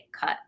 cut